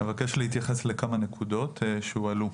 אבקש להתייחס לכמה נקודות שהועלו.